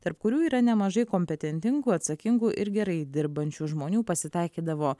tarp kurių yra nemažai kompetentingų atsakingų ir gerai dirbančių žmonių pasitaikydavo